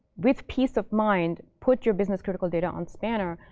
with peace of mind, put your business-critical data on spanner.